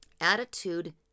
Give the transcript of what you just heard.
attitude